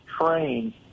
train